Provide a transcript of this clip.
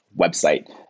website